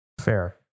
Fair